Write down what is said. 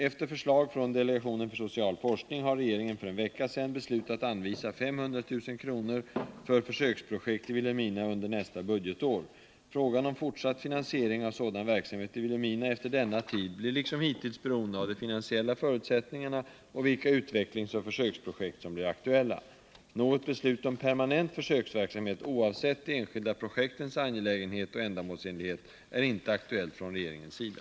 Efter förslag från delegationen för social forskning har regeringen för en vecka sedan beslutat anvisa 500 000 kr. för försöksprojektet i Vilhelmina under nästa budgetår. Frågan om fortsatt finansiering av sådan verksamhet i Vilhelmina efter denna tid blir liksom hittills beroende av de finansiella förutsättningarna och vilka utvecklingsoch försöksprojekt som blir aktuella. Något beslut om permanent försöksverksamhet oavsett de enskilda projektens angelägenhet och ändamålsenlighet är inte aktuellt från regeringens sida.